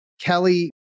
Kelly